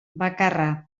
bakarra